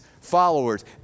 followers